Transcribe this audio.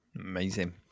Amazing